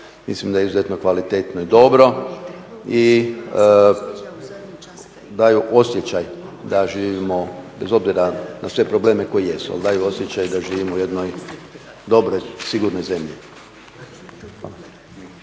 mislim da je izuzetno kvalitetno i dobro i daju osjećaj da živimo, bez obzira na sve probleme koji jesu, ali daju osjećaj da živimo u jednoj dobroj, sigurnoj zemlji.